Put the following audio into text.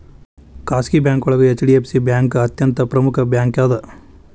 ಖಾಸಗಿ ಬ್ಯಾಂಕೋಳಗ HDFC bank ಅತ್ಯಂತ ಪ್ರಮುಖ್ ಬ್ಯಾಂಕಾಗ್ಯದ